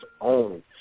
own